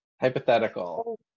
Hypothetical